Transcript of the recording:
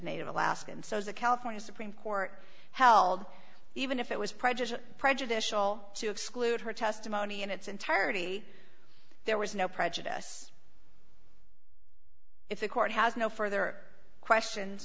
native alaskan so the california supreme court held even if it was prejudiced prejudicial to exclude her testimony in its entirety there was no prejudice if the court has no further questions